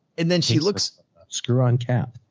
and then she looks screw on cap.